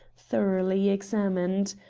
thoroughly examined.